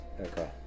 Okay